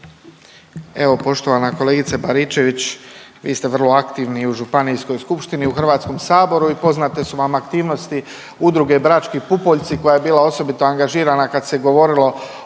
Evo poštovana kolegice Baričević, vi ste vrlo aktivni u Županijskoj skupštini, u Hrvatskom saboru i poznate su vam aktivnosti udruge „Brački pupoljci“ koja je bila osobito angažirana kad se govorilo